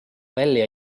välja